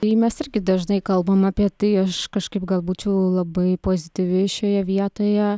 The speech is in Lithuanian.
tai mes irgi dažnai kalbame apie tai aš kažkaip gal būčiau labai pozityvi šioje vietoje